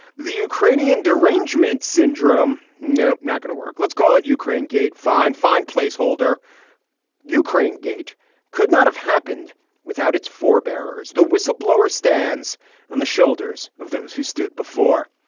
the ukrainian derangement syndrome. no i'm not going to work. let's call it ukraine gate. fine fine place holder ukraine gate could not have happened without its forbearers the whistle blower stands on the shoulders of those who stood before.